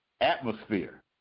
atmosphere